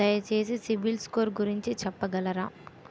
దయచేసి CIBIL score గురించి చెప్పగలరా?